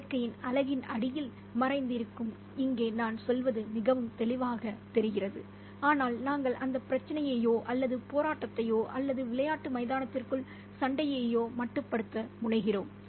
இயற்கையின் அழகின் அடியில் மறைந்திருக்கும் இங்கே நான் சொல்வது மிகவும் தெளிவாகத் தெரிகிறது ஆனால் நாங்கள் அந்தப் பிரச்சினையையோ அல்லது போராட்டத்தையோ அல்லது விளையாட்டு மைதானத்திற்குள் சண்டையையோ மட்டுப்படுத்த முனைகிறோம்